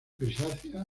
grisácea